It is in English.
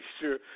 sure